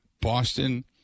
Boston